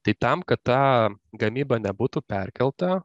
tai tam kad ta gamyba nebūtų perkelta